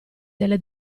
delle